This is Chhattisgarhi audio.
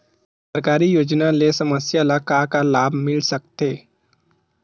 सरकारी योजना ले समस्या ल का का लाभ मिल सकते?